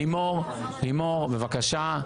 לימור, בבקשה.